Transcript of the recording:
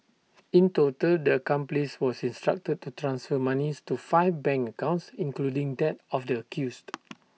in total the accomplice was instructed to to transfer monies to five bank accounts including that of the accused